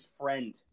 friend